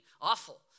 awful